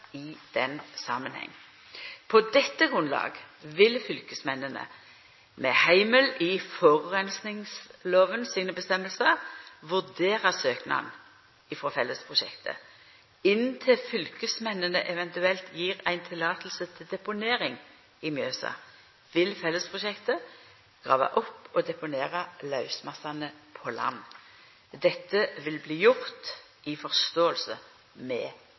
i den samanhengen. På dette grunnlaget vil fylkesmennene med heimel i forureiningslova vurdera søknaden frå fellesprosjektet. Inntil fylkesmennene eventuelt gjev eit løyve til deponering i Mjøsa, vil fellesprosjektet grava opp og deponera lausmassane på land. Dette vil bli gjort i forståing med